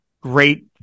great